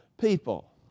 people